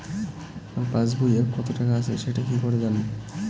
আমার পাসবইয়ে কত টাকা আছে সেটা কি করে জানবো?